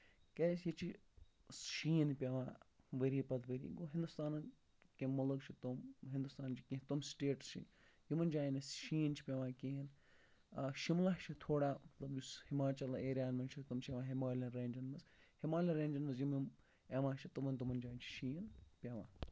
کیازِ ییٚتہِ چھِ شیٖن پیٚوان ؤری پَتہٕ ؤری گوٚو ہِندوستانن کیٚنٛہہ مُلٕکۍ چھِ تِم سِٹیٹٕس چھِ یِمن جاین اَسہِ شیٖن چھُ پیٚوان کِہینۍ شِملا چھُ تھوڑا مطلب یُس ہِمچل ایریا ہن منٛز چھِ تِم چھِ یِوان ہِمالِین ریجن منٛز ہِمالین ریجن منٛز یِم یِم یِوان چھِ تِمن تِمن جاین چھُ شیٖن پیٚوان